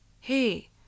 Hey